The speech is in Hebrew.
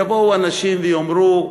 יבואו אנשים ויאמרו: